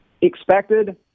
expected